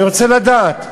אני רוצה לדעת.